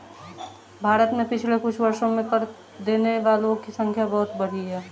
भारत में पिछले कुछ वर्षों में कर देने वालों की संख्या बहुत बढ़ी है